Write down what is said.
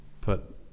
put